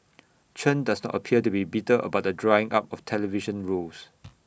Chen does not appear to be bitter about the drying up of television roles